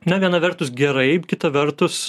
ne viena vertus gerai kita vertus